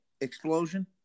explosion